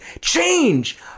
Change